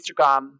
Instagram